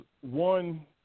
one